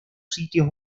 sitios